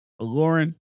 Lauren